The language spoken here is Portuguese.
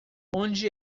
onde